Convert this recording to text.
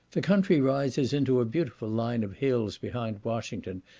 the country rises into a beautiful line of hills behind washington,